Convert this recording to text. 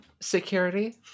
Security